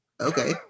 Okay